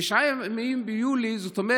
תשעה ימים ביולי, זה אומר